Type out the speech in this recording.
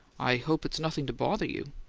i hope it's nothing to bother you.